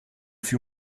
fut